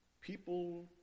people